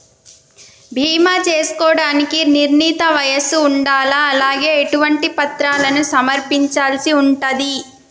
బీమా చేసుకోవడానికి నిర్ణీత వయస్సు ఉండాలా? అలాగే ఎటువంటి పత్రాలను సమర్పించాల్సి ఉంటది?